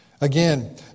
Again